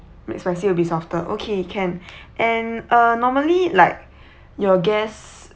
mac spicy will be softer okay can and uh normally like your guests